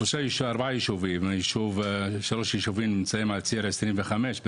שלושה ישובים נמצאים על ציר 25,